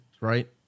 right